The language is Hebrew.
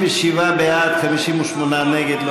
57 בעד, 58 נגד.